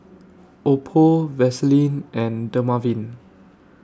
Oppo Vaselin and Dermaveen